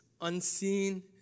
unseen